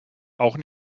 auch